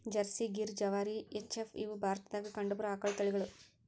Jersey, Gir, ಜವಾರಿ, H F, ಇವ ಭಾರತದಾಗ ಕಂಡಬರು ಆಕಳದ ತಳಿಗಳು